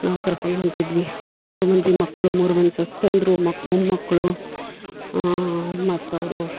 ನಾವು ಕರ್ಕೊಂಡು ಹೊಂಟಿದ್ವಿ ಅವ್ರ ಮೂರು ಮಂದಿ ಮಕ್ಕಳು ಮೂರು ಮಂದಿ ಸೊಸ್ಯೆಂದ್ರು ಮೊಮ್ಮಕ್ಕಳು ಮತ್ತು ಅವರು